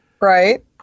Right